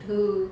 who